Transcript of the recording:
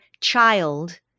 child